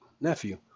nephew